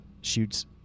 shoots